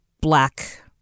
black